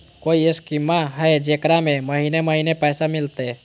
कोइ स्कीमा हय, जेकरा में महीने महीने पैसा मिलते?